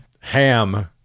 ham